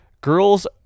girls